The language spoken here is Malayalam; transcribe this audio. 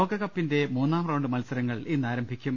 ലോകകപ്പിന്റെ മൂന്നാം റൌണ്ട് മത്സരങ്ങൾ ഇന്ന് ആരംഭിക്കും